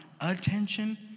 attention